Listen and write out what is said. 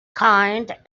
kind